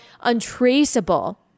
untraceable